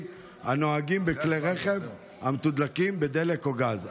הנוהגים בכלי רכב המתודלקים בדלק או בגז.